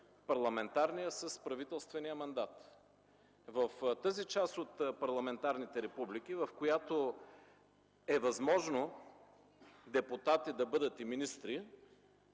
парламентарния с правителствения мандат. В тази част от парламентарните републики, в която е възможно депутати да бъдат и министри,